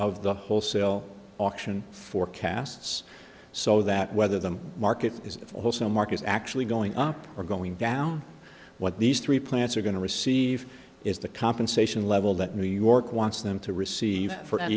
of the wholesale auction forecasts so that whether the market is also markets actually going up or going down what these three plants are going to receive is the compensation level that new york wants them to receive for